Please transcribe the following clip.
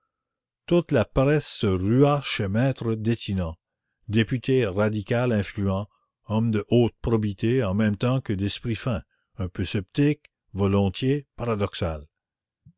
toute la presse se rua chez m e detinan député radical influent homme de haute probité en même temps que d'esprit fin un peu sceptique volontiers paradoxal